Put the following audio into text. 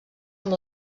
amb